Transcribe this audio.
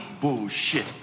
Bullshit